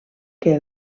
que